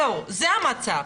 זהו, זה המצב.